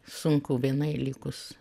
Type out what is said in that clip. sunku vienai likus